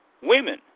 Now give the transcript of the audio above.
women